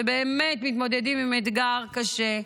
שבאמת מתמודדים עם אתגר קשה.